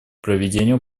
проведению